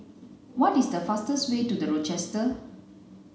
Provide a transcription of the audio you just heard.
what is the fastest way to The Rochester